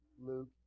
Luke